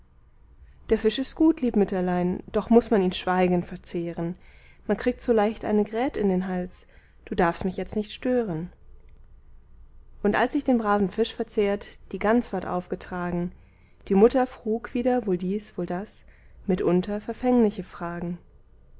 der fisch ist gut lieb mütterlein doch muß man ihn schweigend verzehren man kriegt so leicht eine grät in den hals du darfst mich jetzt nicht stören und als ich den braven fisch verzehrt die gans ward aufgetragen die mutter frug wieder wohl dies wohl das mitunter verfängliche fragen